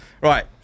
Right